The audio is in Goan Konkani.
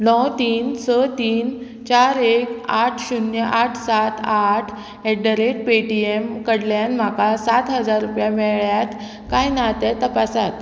णव तीन स तीन चार एक आठ शुन्य आठ सात आठ एट द रेट पेटीएम कडल्यान म्हाका सात हजार रुपया मेळ्ळ्यात काय ना तें तपासात